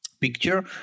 picture